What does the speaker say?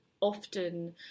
often